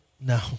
No